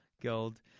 Gold